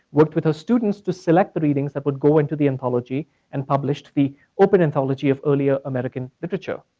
worked with her students to select the readings that would go into the anthology and published the open anthology of earlier american literature.